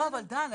יש כאן שאלה